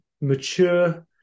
mature